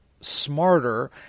smarter